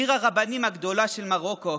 עיר הרבנים הגדולה של מרוקו,